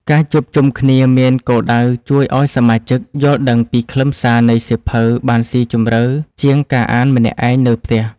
ការជួបជុំគ្នាមានគោលដៅជួយឱ្យសមាជិក យល់ដឹងពីខ្លឹមសារនៃសៀវភៅបានស៊ីជម្រៅជាងការអានម្នាក់ឯងនៅផ្ទះ។